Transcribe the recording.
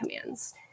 commands